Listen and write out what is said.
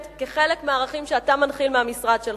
כחלק מהערכים שאתה מנחיל מהמשרד שלך.